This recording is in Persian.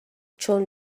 چون